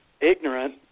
ignorant